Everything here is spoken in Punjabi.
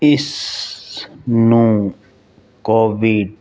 ਇਸ ਨੂੰ ਕੋਵਿਡ